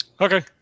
Okay